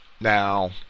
Now